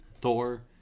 Thor